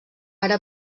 ara